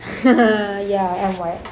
ya I'm white